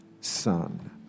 son